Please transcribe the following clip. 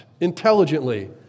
intelligently